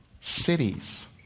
cities